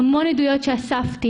המון עדויות שאספתי.